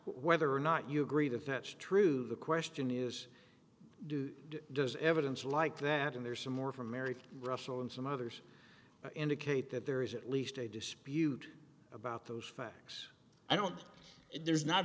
whether or not you agree to fetch true the question is do does evidence like that and there's some more from mary russell and some others indicate that there is at least a dispute about those facts i don't there's not